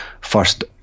first